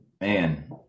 Man